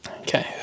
okay